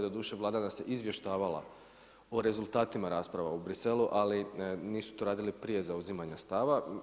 Doduše Vlada nas je izvještavala o rezultatima rasprava u Bruxellesu ali nisu to radili prije zauzimanja stava.